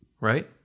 right